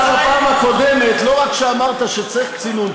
בפעם הקודמת לא רק שאמרת שצריך צינון,